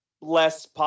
less